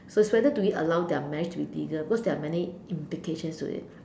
so it's whether do we allow their marriage to be legal because there are many implications to it